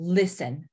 listen